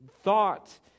thought